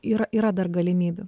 yra yra dar galimybių